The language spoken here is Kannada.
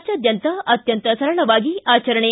ರಾಜ್ಯಾದ್ಯಂತ ಅತ್ಯಂತ ಸರಳವಾಗಿ ಆಚರಣೆ